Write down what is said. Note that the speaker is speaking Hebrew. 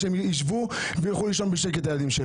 שהילדים שלהם ילכו לישון בשקט.